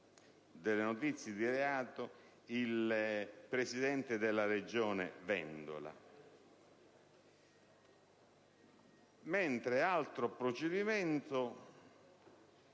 delle notizie di reato il presidente della Regione, Vendola,